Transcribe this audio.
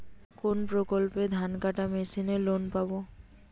কোন প্রকল্পে ধানকাটা মেশিনের লোন পাব?